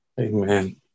Amen